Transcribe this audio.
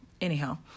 Anyhow